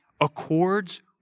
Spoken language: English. Accords